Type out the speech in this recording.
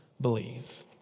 believe